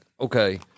okay